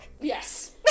Yes